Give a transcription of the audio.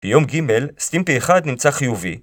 ביום ג' סטימפי 1 נמצא חיובי